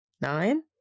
Nine